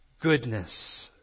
Goodness